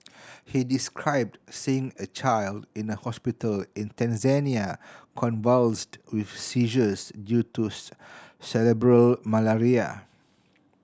he described seeing a child in a hospital in Tanzania convulsed with seizures due to cerebral malaria